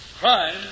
Crime